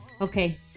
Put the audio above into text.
Okay